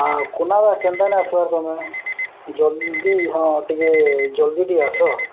କୁନା ଦା କେନ୍ତା ନାଇଁ ଆସିବାର୍ ତମେ ଜଲ୍ଦି ହଁ ଟିକେ ଜଲ୍ଦି ଟିକେ ଆସ